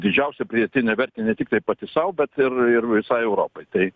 didžiausią pridėtinę vertę ne tiktai pati sau bet ir ir visai europai tai